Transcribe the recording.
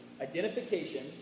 Identification